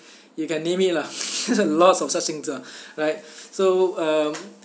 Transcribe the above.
you can name it lah lots of such things lah right so um